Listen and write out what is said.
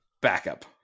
backup